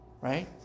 right